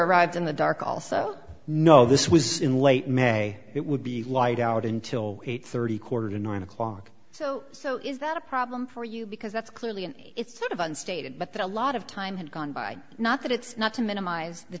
arrived in the dark also know this was in late may it would be light out until eight thirty quarter to nine o'clock so so is that a problem for you because that's clearly and it's sort of unstated but that a lot of time had gone by not that it's not to minimize the